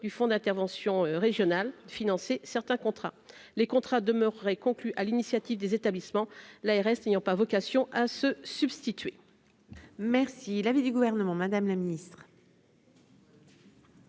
du fonds d'intervention régional financer certains contrats, les contrats demeurerait conclu à l'initiative des établissements, l'ARS n'ayant pas vocation à se substituer. Merci l'avis du gouvernement, Madame la ministre.